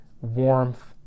warmth